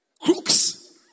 Crooks